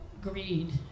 greed